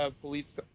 police